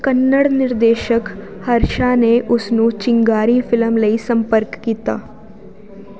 ਕੰਨੜ ਨਿਰਦੇਸ਼ਕ ਹਰਸ਼ਾ ਨੇ ਉਸ ਨੂੰ ਚਿੰਗਾਰੀ ਫ਼ਿਲਮ ਲਈ ਸੰਪਰਕ ਕੀਤਾ